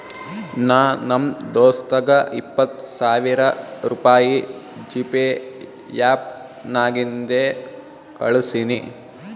ನಾ ನಮ್ ದೋಸ್ತಗ ಇಪ್ಪತ್ ಸಾವಿರ ರುಪಾಯಿ ಜಿಪೇ ಆ್ಯಪ್ ನಾಗಿಂದೆ ಕಳುಸಿನಿ